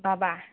बाबा